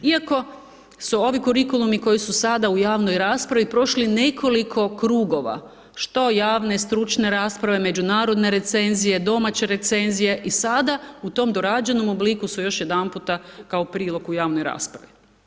Iako su ovi kurikulumi su sada u javnom raspravi, prošli nekoliko krugova, što javne, stručne rasprave, međunarodne recenzije, domaće recenzije i sada u tom dorađenom obliku su još jedanputa kao prilog u javnoj raspravi.